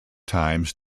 times